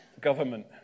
government